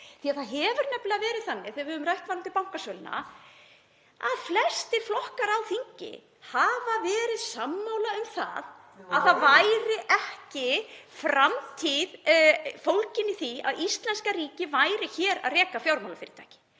skýrt. Það hefur nefnilega verið þannig, þegar við höfum rætt bankasöluna, að flestir flokkar á þingi hafa verið sammála um að ekki væri framtíð fólgin í því að íslenska ríkið væri að reka fjármálafyrirtæki.